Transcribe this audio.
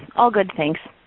all good things.